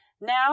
Now